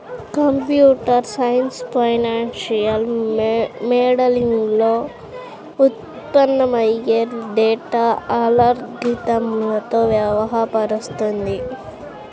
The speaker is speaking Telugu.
కంప్యూటర్ సైన్స్ ఫైనాన్షియల్ మోడలింగ్లో ఉత్పన్నమయ్యే డేటా అల్గారిథమ్లతో వ్యవహరిస్తుంది